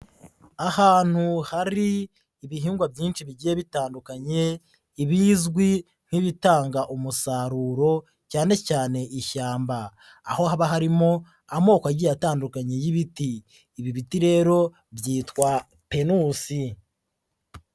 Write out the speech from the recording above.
Ahantu hari ibihingwa byinshi bigiye bitandukanye ibizwi nk'ibitanga umusaruro cyane cyane ishyamba, aho haba harimo amoko agiye atandukanye y'ibiti, ibi biti rero byitwa penusi.